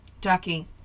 Ducky